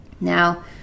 Now